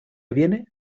viene